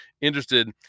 interested